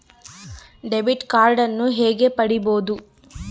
Debit ಕಾರ್ಡನ್ನು ಹೇಗೆ ಪಡಿಬೋದು?